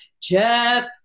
Jeff